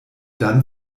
dann